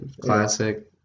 classic